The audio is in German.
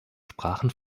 sprachen